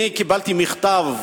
אני קיבלתי מכתב,